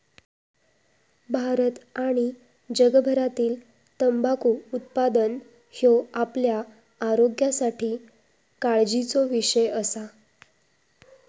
भारत आणि जगभरातील तंबाखू उत्पादन ह्यो आपल्या आरोग्यासाठी काळजीचो विषय असा